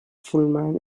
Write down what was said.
fulham